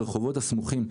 הרחובות הסמוכים.